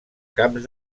camps